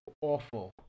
Awful